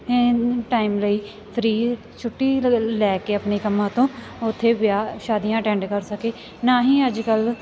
ਐਨ time ਲਈ free ਛੁੱਟੀ ਲ ਲੈ ਕੇ ਆਪਣੇ ਕੰਮਾਂ ਤੋਂ ਉੱਥੇ ਵਿਆਹ ਸ਼ਾਦੀਆਂ ਅਟੈਂਡ ਕਰ ਸਕੇ ਨਾ ਹੀ ਅੱਜ ਕੱਲ੍ਹ